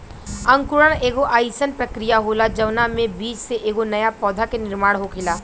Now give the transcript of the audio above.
अंकुरण एगो आइसन प्रक्रिया होला जवना में बीज से एगो नया पौधा के निर्माण होखेला